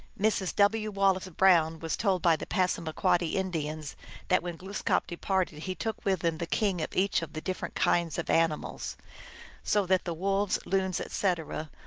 mrs. w. wallace brown was told by the passamaquoddy in dians that when glooskap departed he took with him the king of each of the different kinds of animals so that the wolves, loons, etc,